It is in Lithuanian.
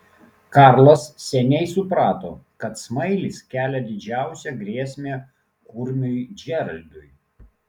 karlas seniai suprato kad smailis kelia didžiausią grėsmę kurmiui džeraldui